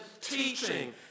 teaching